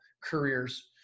careers